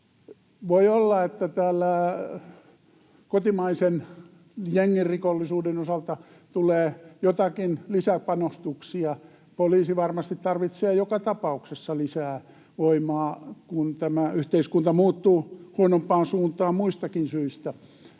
Voi olla, että täällä kotimaisen jengirikollisuuden osalta tulee joitakin lisäpanostuksia. Poliisi varmasti tarvitsee joka tapauksessa lisää voimaa, kun tämä yhteiskunta muuttuu huonompaan suuntaan muistakin syistä,